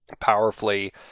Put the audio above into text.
powerfully